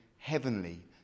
Heavenly